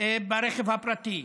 ברכב הפרטי,